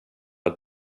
att